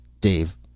Dave